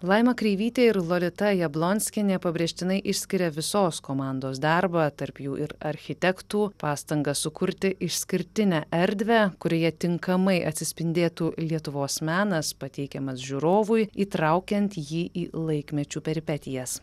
laima kreivytė ir lolita jablonskienė pabrėžtinai išskiria visos komandos darbą tarp jų ir architektų pastangas sukurti išskirtinę erdvę kurioje tinkamai atsispindėtų lietuvos menas pateikiamas žiūrovui įtraukiant jį į laikmečių peripetijas